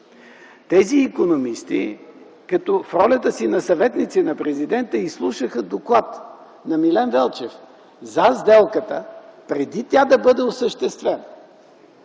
Тези икономисти в ролята си на съветници на президента изслушаха доклад на Милен Велчев за сделката, преди тя да бъде осъществена.